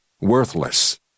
worthless